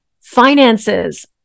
finances